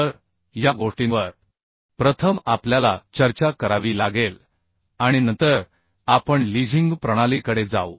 तर या गोष्टींवर प्रथम आपल्याला चर्चा करावी लागेल आणि नंतर आपण लीझिंग प्रणालीकडे जाऊ